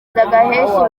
gaheshyi